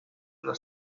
una